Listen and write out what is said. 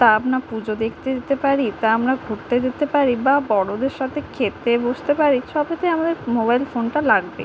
তা আমরা পুজো দেখতে যেতে পারি তা আমরা ঘুরতে যেতে পারি বা বড়দের সাথে খেতে বসতে পারি সবেতেই আমাদের মোবাইল ফোনটা লাগবে